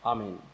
Amen